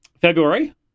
february